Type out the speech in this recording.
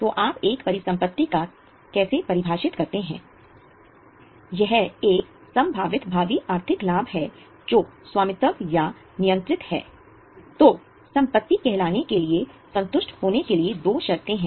तो आप एक परिसंपत्ति को कैसे परिभाषित करते हैं